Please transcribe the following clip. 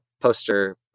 poster